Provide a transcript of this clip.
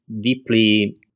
deeply